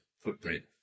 footprint